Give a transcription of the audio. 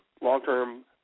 long-term